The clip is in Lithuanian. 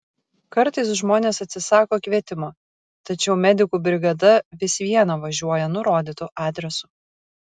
kartais žmonės atsisako kvietimo tačiau medikų brigada vis viena važiuoja nurodytu adresu